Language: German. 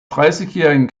dreißigjährigen